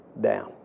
down